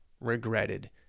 regretted